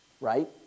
right